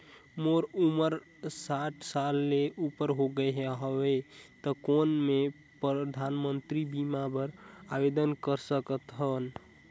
मोर उमर साठ साल ले उपर हो गे हवय त कौन मैं परधानमंतरी बीमा बर आवेदन कर सकथव?